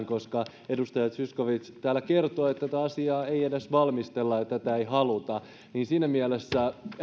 koska edustaja zyskowicz täällä kertoo että tätä asiaa ei edes valmistella ja tätä ei haluta siinä mielessä